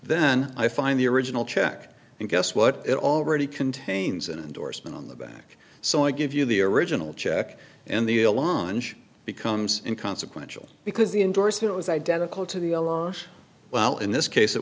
then i find the original check and guess what it already contains an endorsement on the back so i give you the original check and the a launch becomes in consequential because the endorsement was identical to the well in this case it